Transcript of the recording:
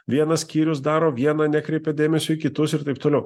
vienas skyrius daro vieną nekreipia dėmesio į kitus ir taip toliau